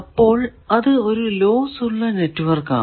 അപ്പോൾ അത് ഒരു ലോസ് ഉള്ള നെറ്റ്വർക്ക് ആണ്